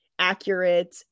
accurate